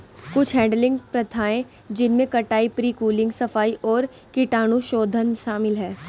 कुछ हैडलिंग प्रथाएं जिनमें कटाई, प्री कूलिंग, सफाई और कीटाणुशोधन शामिल है